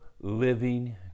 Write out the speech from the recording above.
living